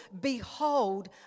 behold